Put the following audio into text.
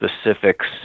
specifics